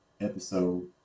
episode